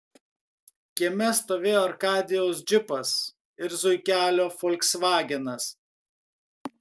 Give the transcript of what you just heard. kieme stovėjo arkadijaus džipas ir zuikelio folksvagenas